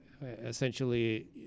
Essentially